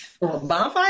bonfire